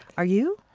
are you?